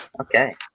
Okay